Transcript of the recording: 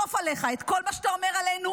לאסוף עליך את כל מה שאתה אומר עלינו,